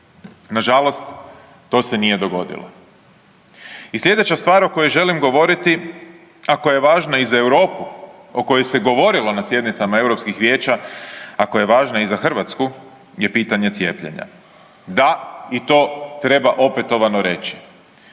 Nažalost, to se nije dogodilo. I slijedeća stvar o kojoj želim govoriti, a koja je važna i za Europu o kojoj se govorilo na sjednicama Europskih vijeća, a koja je važna i za Hrvatsku je pitanje cijepljenja. Da i to treba opetovano reći.